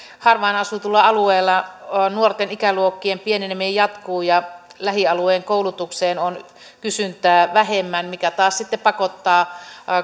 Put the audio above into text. harvaan asutulla alueella nuorten ikäluokkien pieneneminen jatkuu ja lähialueen koulutukseen on kysyntää vähemmän mikä taas sitten pakottaa